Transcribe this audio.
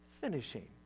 finishing